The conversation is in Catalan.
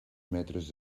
metres